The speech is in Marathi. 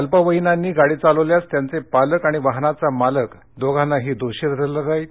अल्पवयीनांनी गाडी चालविल्यास त्याचे पालक आणि वाहनाचा मालक दोघांनाही दोषी धरले जाईल